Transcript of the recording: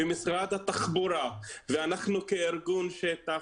ומשרד התחבורה ואנחנו כארגון שטח,